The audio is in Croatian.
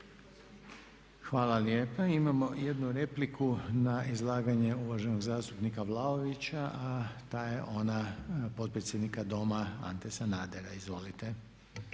Hvala lijepa. Imamo jednu repliku na izlaganje uvaženog zastupnika Vlaovića a ta je ona potpredsjednika Doma, Ante Snadera. Izvolite.